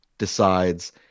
decides